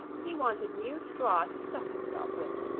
he wanted new straw to stuff himself with,